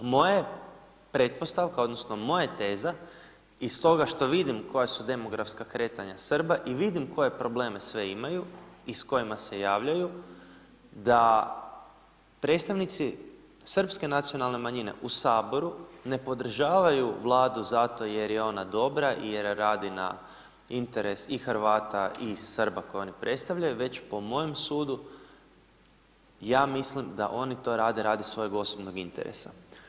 Moja je pretpostavka, odnosno moja je teza iz toga što vidim koja su demografska kretanja Srba i vidim koje probleme sve imaju i s kojima se javljaju, da predstavnici srpske nacionalne manjine u Saboru ne podržavaju Vladu zato jer je ona dobra i jer radi na interesu i Hrvata i Srba koju oni predstavljaju, već po mojem sudu, ja mislim da oni to rade radi svojeg osobnog interesa.